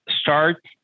start